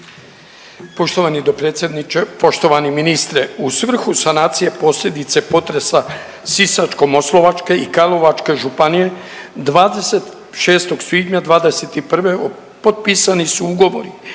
poštovani ministre. U svrhu sanacije posljedice potresa Sisačko-moslavačke i Karlovačke županije 26. svibnja '21. potpisani su ugovori